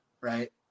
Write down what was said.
right